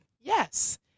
Yes